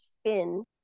spin